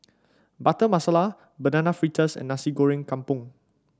Butter Masala Banana Fritters and Nasi Goreng Kampung